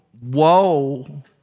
Whoa